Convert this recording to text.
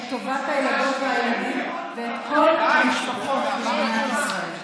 את טובת הילדות והילדים בכל המשפחות במדינת ישראל.